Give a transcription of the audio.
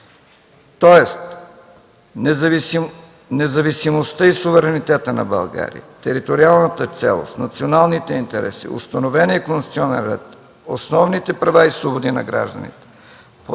Независимостта и суверенитетът на България, териториалната цялост, националните интереси, установеният конституционен ред, основните права и свободи на гражданите,